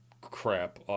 crap